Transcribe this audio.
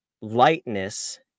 lightness